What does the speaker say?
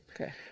okay